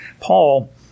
Paul